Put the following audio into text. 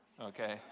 Okay